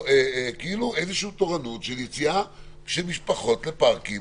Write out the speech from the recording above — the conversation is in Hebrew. איזושהי תורנות של יציאה של משפחות לפארקים